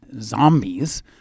zombies